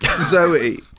Zoe